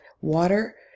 water